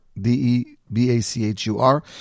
D-E-B-A-C-H-U-R